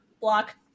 block